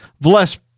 bless